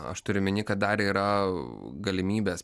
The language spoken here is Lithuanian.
aš turiu omeny kad dar yra galimybės